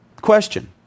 Question